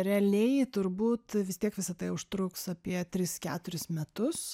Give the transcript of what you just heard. realiai turbūt vis tiek visa tai užtruks apie tris keturis metus